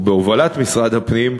או בהובלת משרד הפנים,